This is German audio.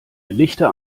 lichter